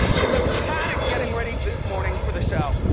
it was a panic getting ready this morning for the show.